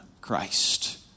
Christ